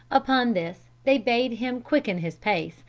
upon this, they bade him quicken his pace,